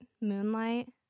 Moonlight